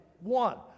one